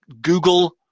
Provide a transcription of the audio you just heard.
Google